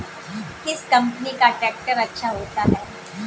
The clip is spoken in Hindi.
किस कंपनी का ट्रैक्टर अच्छा होता है?